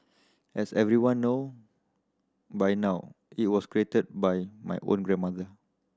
as everyone know by now it was created by my own grandmother